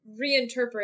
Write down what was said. reinterpret